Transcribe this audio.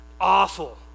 Awful